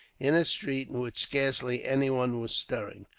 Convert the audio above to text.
in a street in which scarcely anyone was stirring.